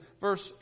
verse